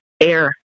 air